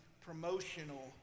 promotional